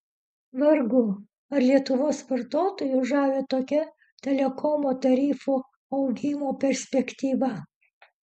vargu ar lietuvos vartotojus žavi tokia telekomo tarifų augimo perspektyva